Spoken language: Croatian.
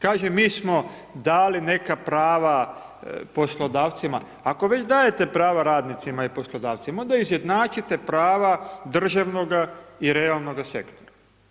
Kaže mi smo dali neka prava poslodavcima, ako već dajete prava radnicima i poslodavcima, onda izjednačite prava državnog i realnoga sektora.